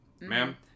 ma'am